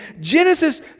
Genesis